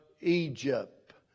Egypt